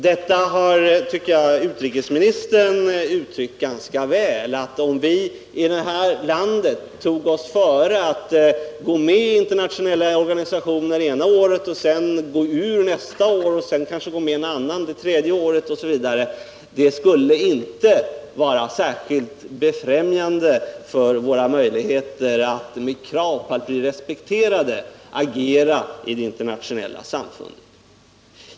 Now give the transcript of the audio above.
Detta har utrikesministern uttryckt ganska väl. Om vi i detta land tog oss före att gå med i en internationell organisation ett år för att gå ur nästa år och kanske gå med i en annan organisation det tredje året, skulle det inte vara särskilt främjande för våra möjligheter att med krav på att bli respekterade agera i internationella samfund.